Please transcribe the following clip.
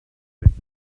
rechts